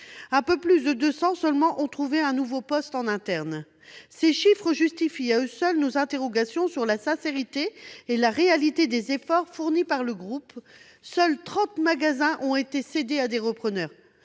Un peu plus de 200 seulement ont trouvé un nouveau poste en interne. Ces chiffres justifient à eux seuls nos interrogations sur la sincérité et la réalité des efforts fournis par le groupe. Seuls 30 magasins ont été cédés à des repreneurs.